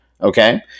okay